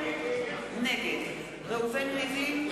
נגד ראובן ריבלין,